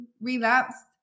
relapsed